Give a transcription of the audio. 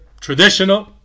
traditional